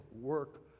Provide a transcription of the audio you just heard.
work